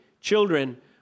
children